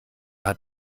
hat